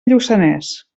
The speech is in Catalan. lluçanès